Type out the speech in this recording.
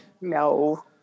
No